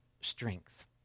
strength